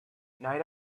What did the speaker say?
night